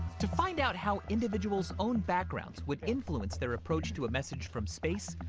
to find out how individuals' own backgrounds would influence their approach to a message from space,